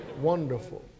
Wonderful